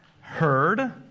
heard